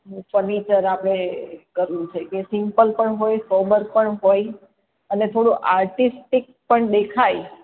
નું ફર્નિચર આપણે કરવું છે કે સિમ્પલ પણ હોય સોબર પણ હોય અને થોડું આર્ટિસ્ટિક પણ દેખાય